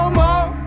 more